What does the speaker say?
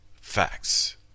facts